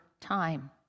time